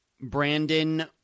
Brandon